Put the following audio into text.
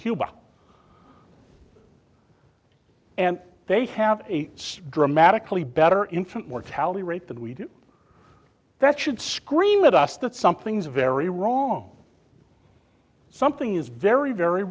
cuba and they have a dramatically better infant mortality rate than we do that should scream at us that something's very wrong something is very very